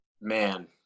man